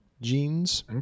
jeans